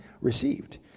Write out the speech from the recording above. received